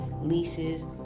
leases